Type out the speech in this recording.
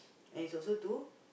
and he's also do